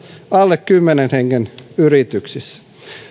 alle kymmenen hengen yrityksissä